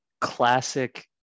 classic